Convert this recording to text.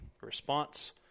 response